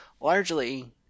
largely